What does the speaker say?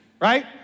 right